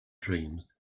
dreams